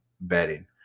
betting